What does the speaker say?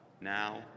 now